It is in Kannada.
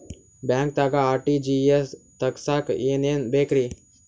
ಬ್ಯಾಂಕ್ದಾಗ ಆರ್.ಟಿ.ಜಿ.ಎಸ್ ತಗ್ಸಾಕ್ ಏನೇನ್ ಬೇಕ್ರಿ?